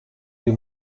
più